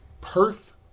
Perth